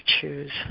choose